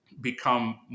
become